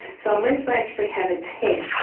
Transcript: so unless they actually have a test,